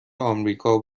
آمریکا